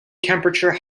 temperature